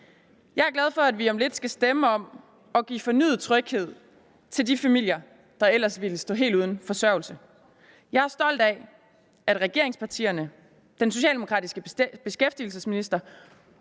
Jeg er glad for, at vi om lidt skal stemme om at give fornyet tryghed til de familier, der ellers ville stå helt uden forsørgelse. Jeg er stolt af, at regeringspartierne, den socialdemokratiske beskæftigelsesminister